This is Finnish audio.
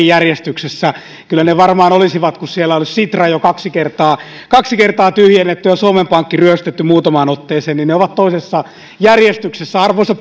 järjestyksessä kyllä ne varmaan olisivat kun siellä olisi sitra jo kaksi kertaa kaksi kertaa tyhjennetty ja suomen pankki ryöstetty muutamaan otteeseen ne olisivat toisessa järjestyksessä arvoisa